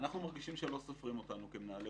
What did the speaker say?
אנחנו מרגישים שלא סופרים אותנו כמנהלי